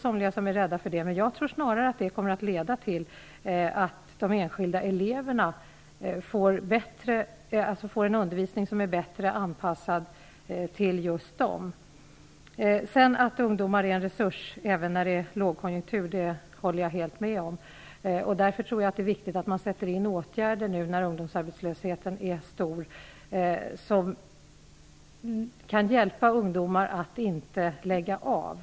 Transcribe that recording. Somliga är kanske rädda för det, men jag tror snarare att det kommer att leda till att de enskilda eleverna får en undervisning som är bättre anpassad till just dem. Jag håller helt med om att ungdomar är en resurs även när det är lågkonjunktur, och jag tror därför att det nu när ungdomsarbetslösheten är hög är viktigt att man sätter in åtgärder som kan hjälpa ungdomar att inte lägga av.